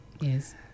Yes